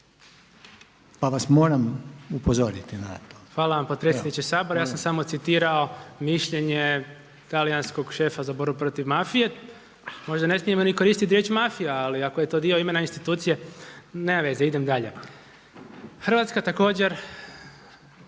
Ivan Vilibor (Živi zid)** Hvala vam potpredsjedniče Sabora, ja sam samo citirao mišljenje talijanskog šefa za borbu protiv mafije, možda ne smijemo ni koristiti riječ mafija ali ako je to dio imena institucije, nema veze, idem dalje. Hrvatska također